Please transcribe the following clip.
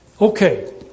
Okay